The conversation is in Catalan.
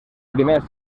primer